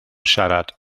siarad